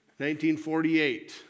1948